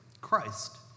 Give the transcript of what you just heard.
Christ